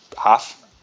half